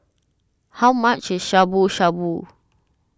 how much is Shabu Shabu